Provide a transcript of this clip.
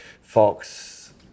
Fox